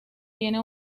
tiene